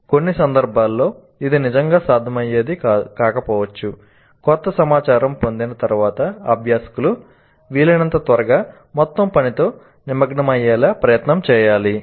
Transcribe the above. కొన్ని సందర్భాల్లో ఇది నిజంగా సాధ్యమయ్యేది కాకపోవచ్చు కొత్త సమాచారం పొందిన తర్వాత అభ్యాసకులు వీలైనంత త్వరగా మొత్తం పనితో నిమగ్నమయ్యేలా ప్రయత్నం చేయాలి